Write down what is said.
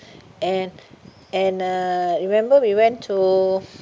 and and uh you remember we went to